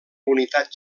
unitat